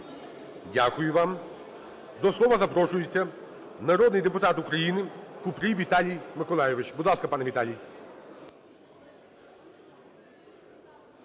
Дякую вам. До слова запрошується народний депутат України Купрій Віталій Миколайович. Будь ласка, пане Віталій.